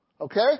Okay